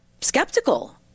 skeptical